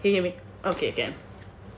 hello okay okay